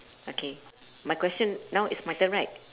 okay my question now is my turn right